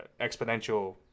exponential